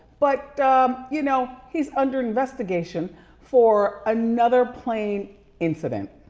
but you know he's under investigation for another plane incident.